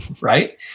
right